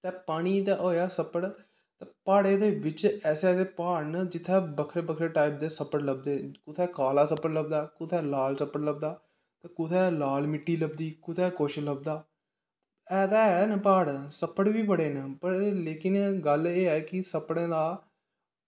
ते पानी ते होएआ सप्पड़ प्हाड़ें दे बिच्च ऐसे ऐसे प्हाड़ न जित्थें बक्खरे बक्खरे टाइप दे सप्पड़ लभदे कुतै काला सप्पड़ लभदा कुतै लाल सप्पड़ लभदा कुतै लाल मिट्टी लभदी कुतै कुछ लभदा है ते हैन प्हाड़ सप्पड़ बी बड़े न पर लेकिन गल्ल एह् ऐ कि सप्पड़ें दा